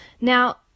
Now